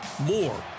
More